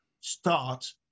start